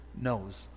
knows